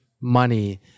money